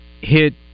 hit